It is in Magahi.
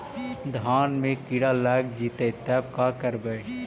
धान मे किड़ा लग जितै तब का करबइ?